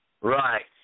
Right